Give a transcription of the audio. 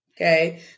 okay